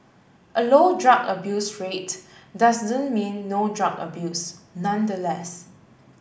a low drug abuse rate doesn't mean no drug abuse nonetheless